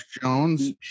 Jones